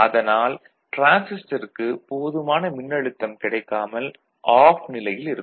அதனால் டிரான்சிஸ்டருக்குப் போதுமான மின்னழுத்தம் கிடைக்காமல் ஆஃப் நிலையில் இருக்கும்